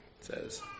says